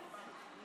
51,